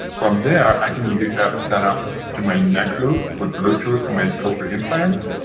from there i can either have it set up to my neck loop with bluetooth to my cochlear implant,